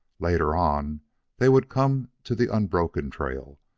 later on they would come to the unbroken trail,